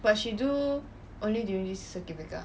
but she do only during this circuit breaker ah